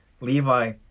Levi